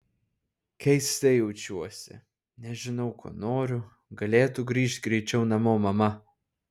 keistai jaučiuosi nežinau ko noriu galėtų grįžt greičiau namo mama